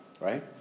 right